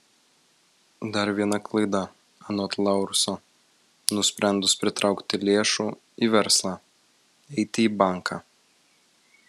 dar viena klaida anot laurso nusprendus pritraukti lėšų į verslą eiti į banką